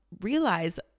realize